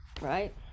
Right